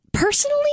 Personally